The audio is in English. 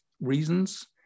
reasons